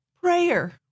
prayer